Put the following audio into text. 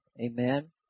amen